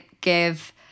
give